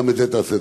גם את זה תעשה.